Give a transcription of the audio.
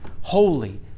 holy